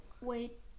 Wait